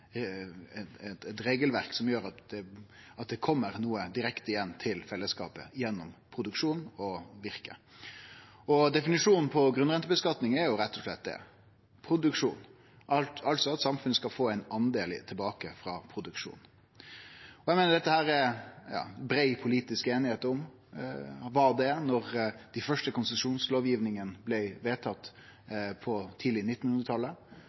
eit regelverk som gjer at det kjem noko direkte igjen til fellesskapet gjennom produksjon og virke. Definisjonen på grunnrenteskattlegging er rett og slett det: produksjon – altså at samfunnet skal få ein del tilbake frå produksjon. Eg meiner at dette er det brei politisk einigheit om, og det var det da dei første konsesjonslovgivingane blei vedtatte tidleg på